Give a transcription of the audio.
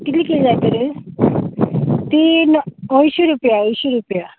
कितली कील जाय तर तीं अंयशी रुपया अंयशी रुपया